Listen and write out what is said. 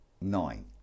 nine